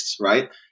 Right